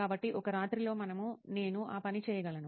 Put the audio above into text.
కాబట్టి ఒక రాత్రిలో మనం నేను ఆ పని చేయగలను